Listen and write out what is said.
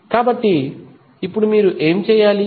కాబట్టి ఇప్పుడు మీరు ఏమి చేయాలి